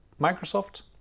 Microsoft